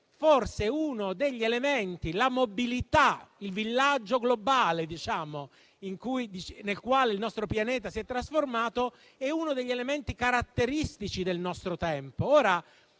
forse uno degli elementi - la mobilità, il villaggio globale nel quale il nostro pianeta si è trasformato - caratteristici del nostro tempo.